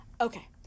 Okay